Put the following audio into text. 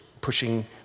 pushing